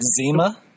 Zima